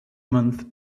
month